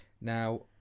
Now